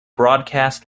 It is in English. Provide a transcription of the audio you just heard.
broadcast